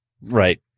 Right